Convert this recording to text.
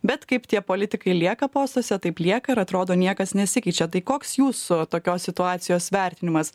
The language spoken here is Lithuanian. bet kaip tie politikai lieka postuose taip lieka ir atrodo niekas nesikeičia tai koks jūsų tokios situacijos vertinimas